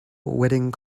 wedding